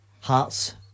Hearts